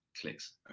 clicks